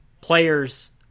players